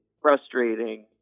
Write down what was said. frustrating